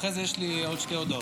ואחרי זה יש לי עוד שתי הודעות.